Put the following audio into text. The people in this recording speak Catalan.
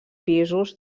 pisos